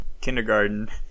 Kindergarten